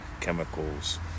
chemicals